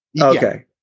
Okay